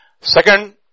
Second